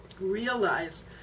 realize